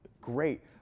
great